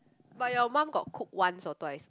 but your mum got cook once or twice